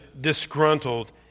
disgruntled